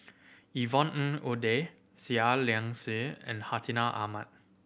Yvonne Ng Uhde Seah Liang Seah and Hartinah Ahmad